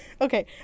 Okay